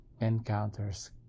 encounters